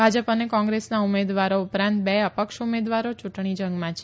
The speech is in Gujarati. ભાજપ અને કોંગ્રેસના ઉમેદવારો ઉપરાંત બે અપક્ષ ઉમેદવારો ચૂંટણી જંગમાં છે